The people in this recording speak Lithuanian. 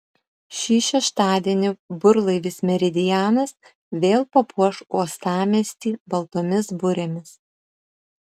šį šeštadienį burlaivis meridianas vėl papuoš uostamiestį baltomis burėmis